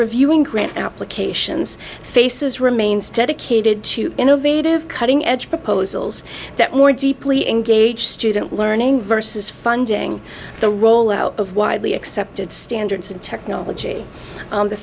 reviewing grant applications faces remains dedicated to innovative cutting edge proposals that more deeply engaged student learning versus funding the rollout of widely accepted standards and technology on the